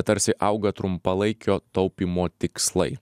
tarsi auga trumpalaikio taupymo tikslai